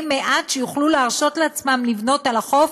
מעט שיוכלו להרשות לעצמם לבנות על החוף,